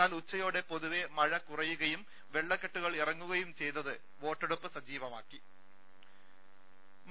എന്നാൽ ഉച്ചയോടെ പൊതുവെ മഴ കുറയുകയും വെള്ളക്കെട്ടുകൾ ഇറങ്ങുകയും ചെയ്തതോടെ വോട്ടെടുപ്പ് സജീവമായിട്ടുണ്ട്